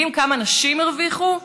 יודעים כמה נשים הרוויחו?